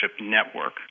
network